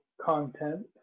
content